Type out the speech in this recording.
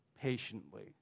patiently